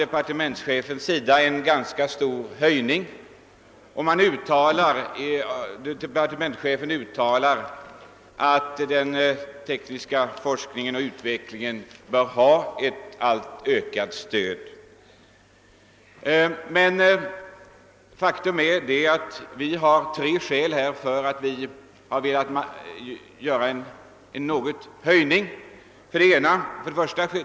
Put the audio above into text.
Departementschefen anser att det i och för sig rör sig om en ganska stor höjning, och han uttalar att den tekniska forskningen och utvecklingen bör få ett allt större stöd. Faktum är emellertid att det enligt vår åsikt föreligger tre skäl för ett något högre anslag.